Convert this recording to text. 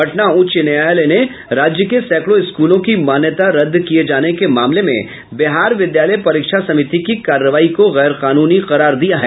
पटना उच्च न्यायालय ने राज्य के सैंकड़ों स्कूलों की मान्यता रद्द किये जाने के मामले में बिहार विद्यालय परीक्षा समिति की कार्रवाई को गैर कानूनी करार दिया है